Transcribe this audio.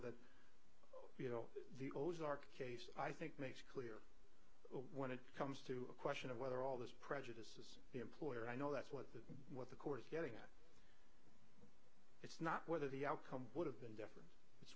that you know the ozarka case i think makes when it comes to a question of whether all this prejudice is an employer i know that's what the what the court is getting at it's not whether the outcome would have been different it's